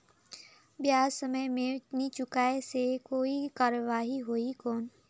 ब्याज समय मे नी चुकाय से कोई कार्रवाही होही कौन?